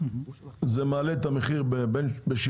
וזה מעלה את המחיר ב-7.5%,